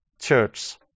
church